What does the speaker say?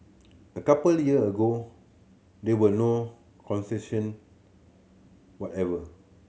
a couple year ago there were no concession whatever